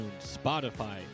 Spotify